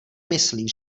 myslí